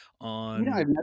on